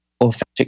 authentic